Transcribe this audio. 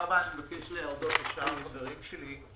אני מבקש להודות לשאר החברים שלי.